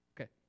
Okay